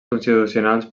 constitucionals